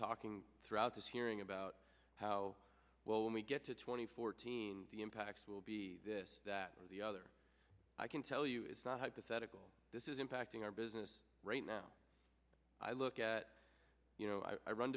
talking throughout this hearing about how well when we get to two thousand and fourteen the impacts will be this that or the other i can tell you it's not hypothetical this is impacting our business right now i look at you know i run